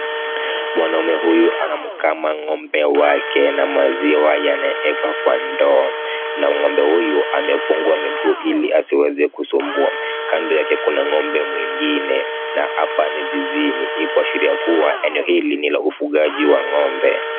Mwanaume huyu anamkama ng'ombe wake na maziwa yanawekwa kwa ndoo na ng'ombe huyu amefungwa miguu ili asiweze kusumbua. Kando yake kuna ng'ombe mwingine na hapa ni zizini hii kuashiria kuwa eneo hili ni la ufugaji wa ng'ombe.